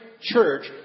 church